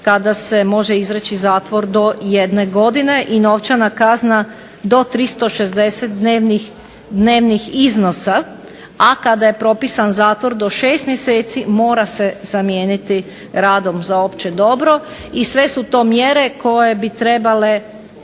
kada se može izreći zatvor do jedne godine i novčana kazna do 360 dnevnih iznosa, a kada je propisan zatvor do 6 mjeseci mora se zamijeniti radom za opće dobro. I sve su to mjere koje bi trebale